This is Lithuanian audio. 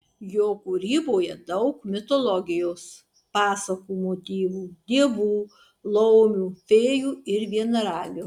jo kūryboje daug mitologijos pasakų motyvų dievų laumių fėjų ir vienaragių